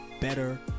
better